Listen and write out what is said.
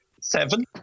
seven